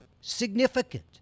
significant